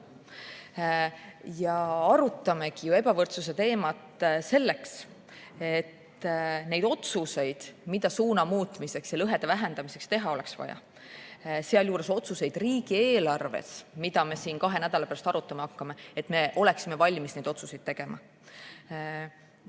Me arutamegi ju ebavõrdsuse teemat selleks, et neid otsuseid, mida suuna muutmiseks ja lõhede vähendamiseks teha oleks vaja, sealhulgas otsuseid riigieelarves, mida me siin kahe nädala pärast arutama hakkame, me oleksime valmis tegema. Madis Aben